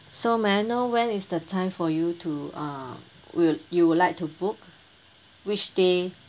so may I know when is the time for you to uh will you would like to book which day